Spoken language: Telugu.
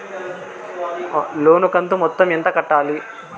లోను కంతు మొత్తం ఎంత కట్టాలి?